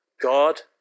God